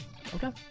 okay